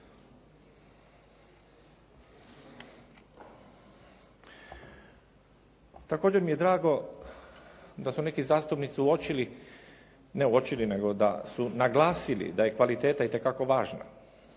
Također mi je drago da su neki zastupnici uočili, ne uočili nego da su naglasili da je kvaliteta itekako važna.